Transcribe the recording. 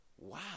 Wow